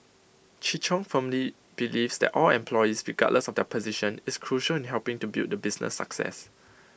Chi chung firmly believes that all employees regardless of their position is crucial in helping to build the business success